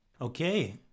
Okay